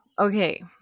Okay